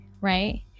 right